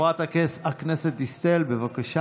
אני